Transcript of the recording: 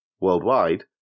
worldwide